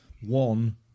One